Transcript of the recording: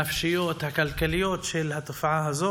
הנפשיות, הכלכליות של התופעה הזאת.